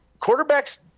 quarterbacks